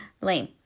Lame